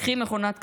קחי מכונת קפה.